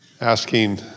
asking